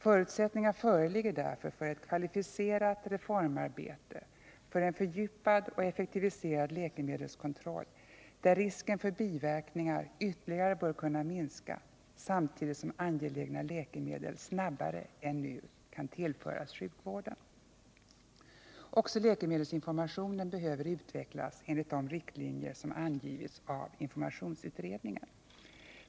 Förutsättningar föreligger därför för ett kvalificerat reformarbete, för en fördjupad och effektiviserad läkemedelskontroll, där risken för biverkningar ytterligare bör kunna minskas, samtidigt som angelägna läkemedel snabbare än nu kan tillföras sjukvården. Också läkemedelsinformationen behöver utvecklas enligt de riktlinjer som angivits av informationsutredningen.